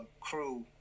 crew